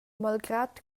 malgrad